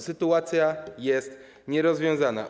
Sytuacja jest nierozwiązana.